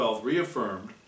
reaffirmed